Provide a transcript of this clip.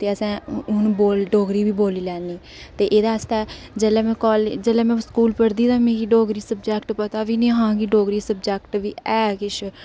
ते हू'न असें डोगरी बी बोल्ली लैन्ने ते एह्दे आस्तै जेल्लै में कॉलेज जेल्लै में स्कूल पढ़दी ते मिगी डोगरी सब्जैक्ट पता बी निं हा की डोगरी सब्जैक्ट बी ऐ किश